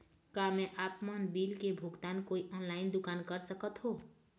का मैं आपमन बिल के भुगतान कोई ऑनलाइन दुकान कर सकथों?